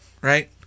right